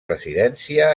residència